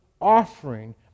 offering